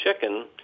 chicken